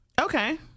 Okay